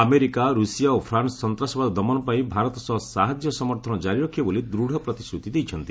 America Russia ଓ France ସନ୍ତାସବାଦ ଦମନ ପାଇଁ ଭାରତ ସହ ସାହାଯ୍ୟ ସମର୍ଥନ ଜାରି ରଖିବେ ବୋଲି ଦ୍ତ ପ୍ରତିଶ୍ରତି ଦେଇଛନ୍ତି